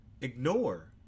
ignore